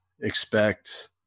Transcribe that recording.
expect